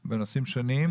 וועדות בנושאים שונים.